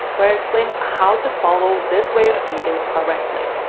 where i explain how to follow this way of eating correctly.